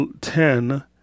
ten